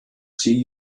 see